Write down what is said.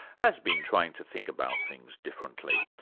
has been trying to think about things differently.